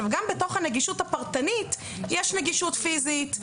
גם בתוך הנגישות הפרטנית יש נגישות פיזית,